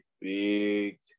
big